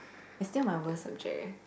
is still my worst subject eh